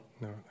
no